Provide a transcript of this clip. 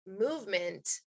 movement